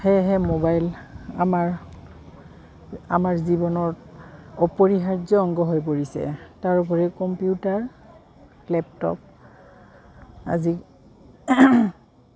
সেয়েহে মোবাইল আমাৰ আমাৰ জীৱনত অপৰিহাৰ্য অংগ হৈ পৰিছে তাৰোপৰি কম্পিউটাৰ লেপটপ আজি